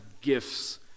gifts